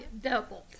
doubled